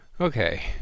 Okay